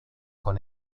con